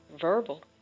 verbal